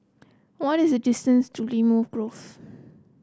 what is the distance to Limau Grove